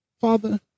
Father